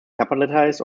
capitalize